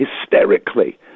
hysterically